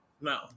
no